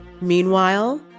Meanwhile